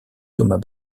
thomas